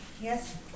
Yes